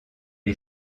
est